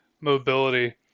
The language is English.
mobility